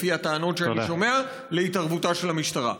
לפי הטענות שאני שומע, להתערבותה של המשטרה.